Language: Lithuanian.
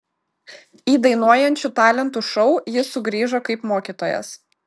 į dainuojančių talentų šou jis sugrįžo kaip mokytojas